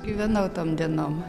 gyvenau tom dienom